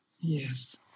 Yes